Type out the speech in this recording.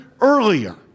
earlier